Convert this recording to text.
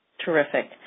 Terrific